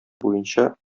буенча